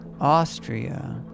Austria